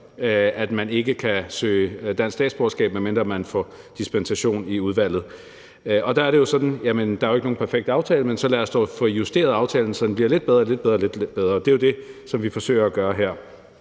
at man ikke kan søge dansk statsborgerskab, medmindre man får dispensation i udvalget. Der er jo ikke nogen perfekt aftale, men så lad os dog få justeret aftalen, så den bliver lidt bedre og så lidt bedre og så